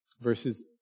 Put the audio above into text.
Verses